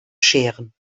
scheren